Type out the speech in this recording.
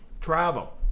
travel